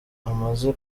amaze